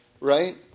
right